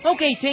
Okay